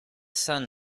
sun